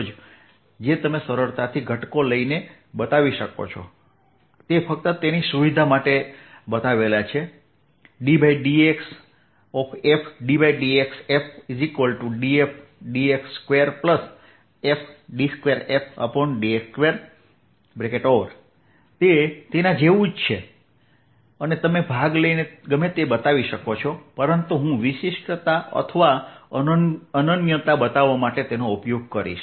જે તમે સરળતાથી ઘટકો લઈને બતાવી શકો છો તે ફક્ત તેની સુવિધા માટે સમાન છેddx2 તે તેના જેવું જ છે અને તમે ભાગ લઈને તમે તે બતાવી શકો છો પરંતુ હવે હું વિશિષ્ટતા અથવા અનન્યતા બતાવવા માટે તેનો ઉપયોગ કરીશ